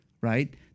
right